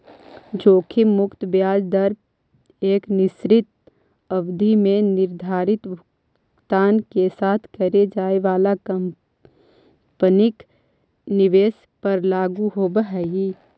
जोखिम मुक्त ब्याज दर एक निश्चित अवधि में निर्धारित भुगतान के साथ करे जाए वाला काल्पनिक निवेश पर लागू होवऽ हई